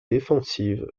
défensive